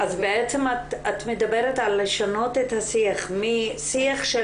אז בעצם את מדברת על לשנות את השיח משיח של